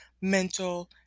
mental